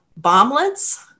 bomblets